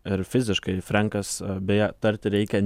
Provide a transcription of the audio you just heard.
ir fiziškai frenkas beje tarti reikia